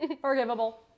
forgivable